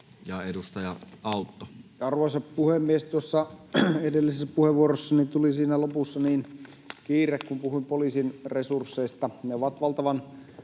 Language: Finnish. Content: Arvoisa puhemies! Tuossa edellisessä puheenvuorossani tuli siinä lopussa kiire, kun puhuin poliisin resursseista. Ne ovat valtavan